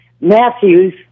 Matthews